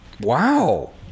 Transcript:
wow